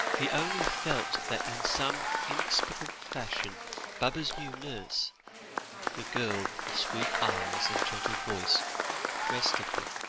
he only felt that in some inexplicable fashion baba's new nurse the girl with the sweet eyes and gentle voice rested him,